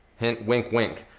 hint, wink, wink.